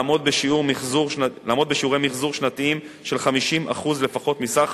לעמוד בשיעורי מיחזור שנתיים של 50% לפחות מסך